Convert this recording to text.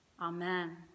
Amen